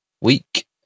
week